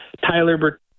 Tyler